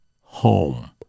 home